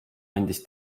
andis